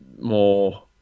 more